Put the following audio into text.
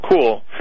cool